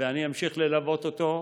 ואני אמשיך ללוות אותו,